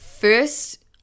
first